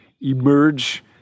emerge